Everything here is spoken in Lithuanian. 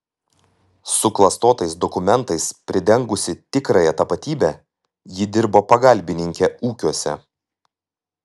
suklastotais dokumentais pridengusi tikrąją tapatybę ji dirbo pagalbininke ūkiuose